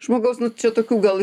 žmogaus nu čia tokių gal